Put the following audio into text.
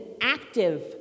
active